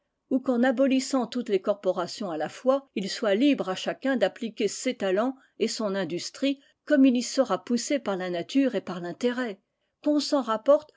ou qu'en abolissant toutes les corporations à la fois il soit libre à chacun d'appliquer ses talents et son industrie comme il y sera poussé par la nature et par l'intérêt qu'on s'en rapporte